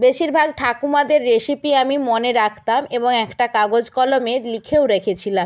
বেশিরভাগ ঠাকুমাদের রেসিপি আমি মনে রাখতাম এবং একটা কাগজ কলমে লিখেও রেখেছিলাম